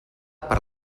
per